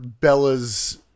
bella's